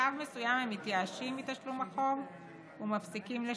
ובשלב מסוים הם מתייאשים מתשלום החוב ומפסיקים לשלם,